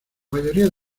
mayoría